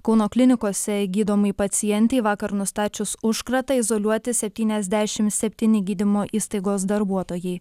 kauno klinikose gydomai pacientei vakar nustačius užkratą izoliuoti septyniasdešimt septyni gydymo įstaigos darbuotojai